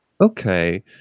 Okay